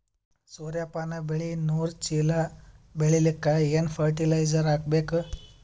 ಸೂರ್ಯಪಾನ ಬೆಳಿ ನೂರು ಚೀಳ ಬೆಳೆಲಿಕ ಏನ ಫರಟಿಲೈಜರ ಹಾಕಬೇಕು?